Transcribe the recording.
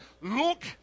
look